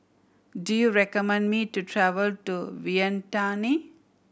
do you recommend me to travel to Vientiane